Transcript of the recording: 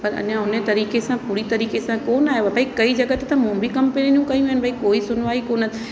पर अञा हुन तरीक़े सां पूरी तरीक़े सां कोन आहियो भई कई जॻहि ते त मूं बि कंप्लेनूं कयूं आहिनि भई को सुनवाई कोन